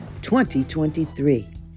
2023